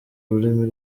rurimi